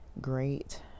great